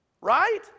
Right